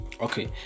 Okay